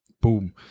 boom